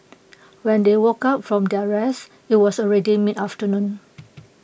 when they woke up from their rest IT was already mid afternoon